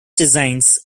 designs